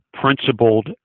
principled